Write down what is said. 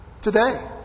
today